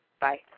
Bye